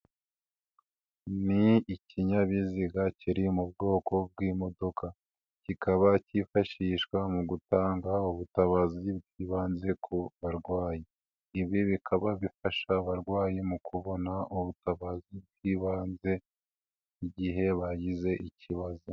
Ni ikinyabiziga kiri mu bwoko bw'imodoka, kikaba kifashishwa mu gutanga ubutabazi bwibanze ku barwayi, ibi bikaba bifasha abarwayi mu kubona ubutabazi bw'ibanze igihe bagize ikibazo.